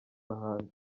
n’ahandi